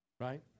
Right